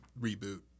reboot